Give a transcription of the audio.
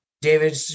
David